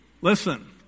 Listen